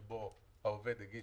יש פה שני מקרים: אחד שהעובד בחל"ת,